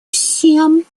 всем